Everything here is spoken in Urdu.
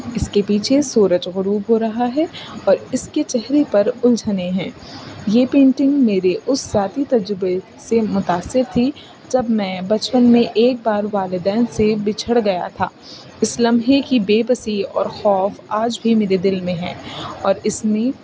اس کے پیچھے سورج غروب ہو رہا ہے اور اس کے چہرے پر الجھنیں ہیں یہ پینٹنگ میرے اس ذاتی تجربے سے متاثر تھی جب میں بچپن میں ایک بار والدین سے بچھڑ گیا تھا اس لمحے کی بےبسی اور خوف آج بھی میرے دل میں ہیں اور اس میں